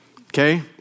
okay